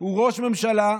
הוא ראש ממשלה,